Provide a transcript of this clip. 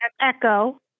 Echo